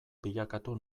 bilakatu